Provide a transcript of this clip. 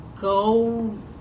go